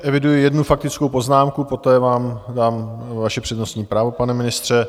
Eviduji jednu faktickou poznámku, poté vám dám vaše přednostní právo, pane ministře.